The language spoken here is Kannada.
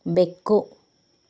ಬೆಕ್ಕು